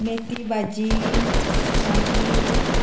मेथी भाजी मागीर